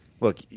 look